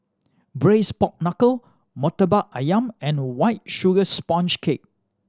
Braised Pork Knuckle Murtabak Ayam and White Sugar Sponge Cake